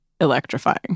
electrifying